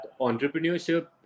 entrepreneurship